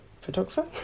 Photographer